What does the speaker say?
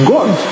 God